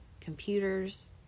computers